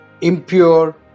impure